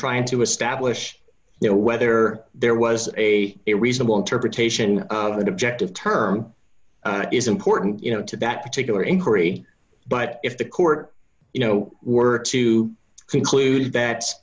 trying to establish you know whether there was a reasonable interpretation of that objective term is important you know to that particular inquiry but if the court you know were to conclude